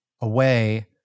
away